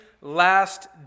last